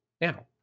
now